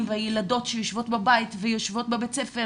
ולילדות שיושבות בבית ויושבות בבית ספר